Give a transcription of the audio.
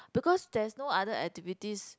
because there's no other activities